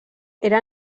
era